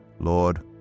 Lord